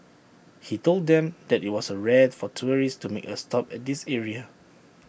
he told them that IT was A rare for tourists to make A stop at this area